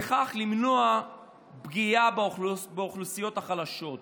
בכך אפשר למנוע פגיעה באוכלוסיות החלשות.